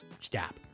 stop